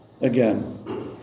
Again